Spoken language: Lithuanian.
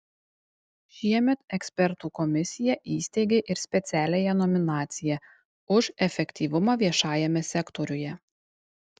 šiemet ekspertų komisija įsteigė ir specialiąją nominaciją už efektyvumą viešajame sektoriuje